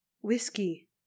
whiskey